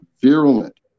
virulent